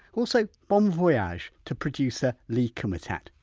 also, bon voyage to producer lee kumutat.